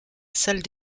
salle